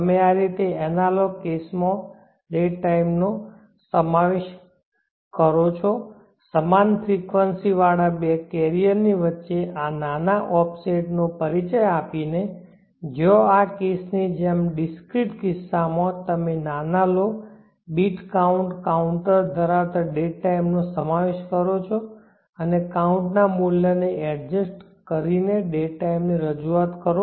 તમે આ રીતે એનાલોગ કેસમાં ડેડ ટાઇમનો સમાવેશ કરો છો સમાન ફ્રેકવંસી ના બે કેરીઅર્સ વચ્ચે આ નાના ઓફસેટ નો પરિચય આપીને જ્યાં આ કેસની જેમ ડિસ્ક્રિટકિસ્સા માં તમે નાના લો બીટ કાઉન્ટ કાઉન્ટર ધરાવતા ડેડ ટાઇમ નો સમાવેશ કરો છો અને કાઉન્ટ ના મૂલ્યને એડજસ્ટ કરીને ડેડ ટાઇમ ની રજૂઆત કરો